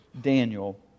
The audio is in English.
Daniel